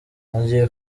nagiye